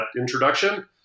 introduction